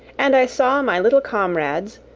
and i saw my little comrades,